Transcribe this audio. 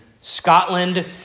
Scotland